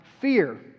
fear